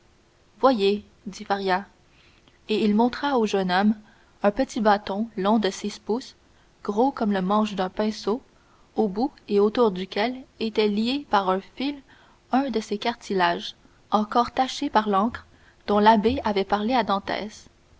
voyez dit faria et il montra au jeune homme un petit bâton long de six pouces gros comme le manche d'un pinceau au bout et autour duquel était lié par un fil un de ces cartilages encore taché par l'encre dont l'abbé avait parlé à